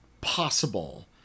possible